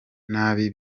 nabi